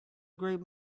great